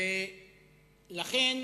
ולכן